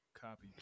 copy